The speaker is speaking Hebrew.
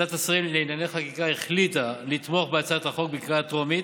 ועדת השרים לענייני חקיקה החליטה לתמוך בהצעת החוק בקריאה טרומית,